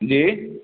جی